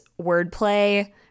wordplay